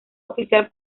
oficial